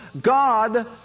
God